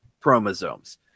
chromosomes